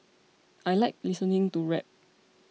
I like listening to rap